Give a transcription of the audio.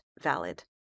valid